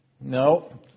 No